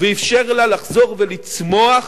ואפשר לה לחזור לצמוח,